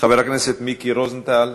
חבר הכנסת מיקי רוזנטל,